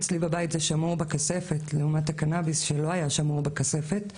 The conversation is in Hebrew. אצלי בבית זה שמור בכספת לעומת הקנאביס שלא היה שמור בכספת.